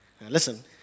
Listen